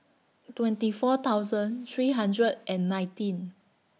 twenty four thousand three hundred and nineteen